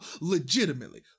Legitimately